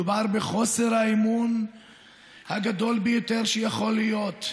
מדובר בחוסר האמון הגדול ביותר שיכול להיות,